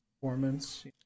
performance